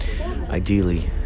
ideally